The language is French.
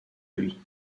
lui